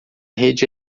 rede